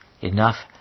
Enough